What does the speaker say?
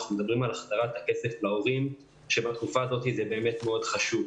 אנחנו מדברים על החזרת הכסף להורים שבתקופה הזאת זה מאוד חשוב,